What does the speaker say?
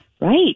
Right